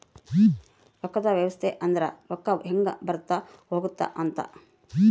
ರೊಕ್ಕದ್ ವ್ಯವಸ್ತೆ ಅಂದ್ರ ರೊಕ್ಕ ಹೆಂಗ ಬರುತ್ತ ಹೋಗುತ್ತ ಅಂತ